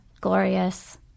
glorious